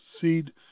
seed